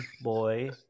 boy